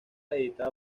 editada